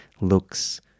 looks